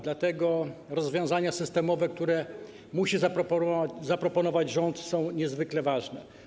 Dlatego rozwiązania systemowe, które musi zaproponować rząd, są niezwykle ważne.